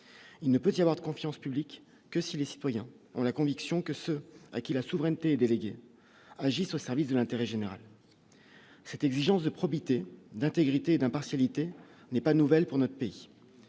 il ne peut y avoir de confiance publique que si les citoyens ont la conviction que ce qui la souveraineté délégués agissent au service de l'intérêt général c'est exigence de probité d'intégrité, d'impartialité n'est pas nouvelle pour notre pays,